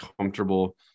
comfortable